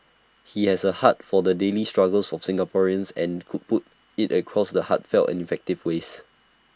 he has A heart for the daily struggles of Singaporeans and could put IT across the heartfelt and effective ways